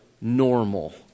normal